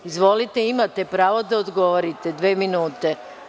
Izvolite, imate pravo da odgovorite dve minute.